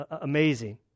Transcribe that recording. amazing